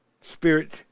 spirit